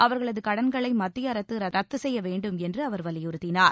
அவர்களது கடன்களை மத்திய அரசு ரத்து செய்ய வேண்டும் என்று அவர் வலியுறுத்தினார்